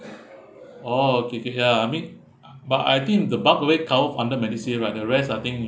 oh okay ya I mean but I think the bulk weight cover under MediShield right the rest I think